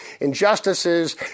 injustices